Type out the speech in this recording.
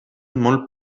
molt